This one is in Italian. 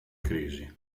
crisi